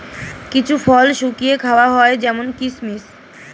কিছু ফল শুকিয়ে খাওয়া হয় যেমন কিসমিস